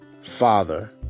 Father